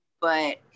but-